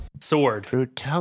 sword